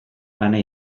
ana